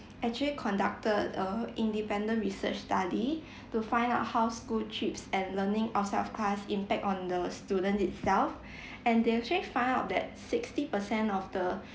actually conducted a independent research study to find out how school chips and learning outside of class impact on the student itself and they actually find out that sixty percent of the